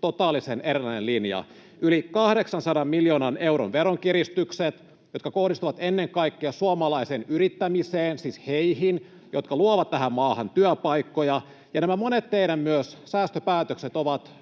totaalisen erilainen linja. Yli 800 miljoonan euron veronkiristykset, jotka kohdistuvat ennen kaikkea suomalaiseen yrittämiseen, siis heihin, jotka luovat tähän maahan työpaikkoja, ja myös monet teidän säästöpäätöksenne ovat